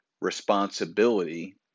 responsibility